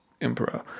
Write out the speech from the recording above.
emperor